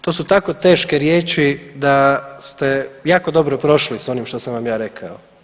To su tako teške riječi da ste jako dobro prošli sa onim što sam vam ja rekao.